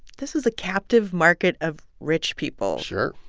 this was a captive market of rich people. sure.